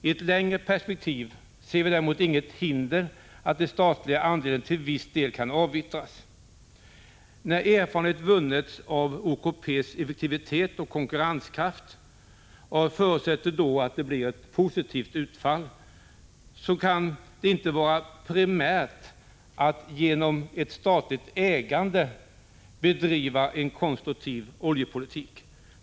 I ett längre perspektiv ser vi däremot inget hinder att den statliga andelen till viss del kan avyttras. När erfarenhet vunnits av OKP:s effektivitet och konkurrenskraft, och jag förutsätter då att det blir ett positivt utfall, kan det inte vara primärt att genom ett statligt ägande bedriva en konstruktiv oljepolitik.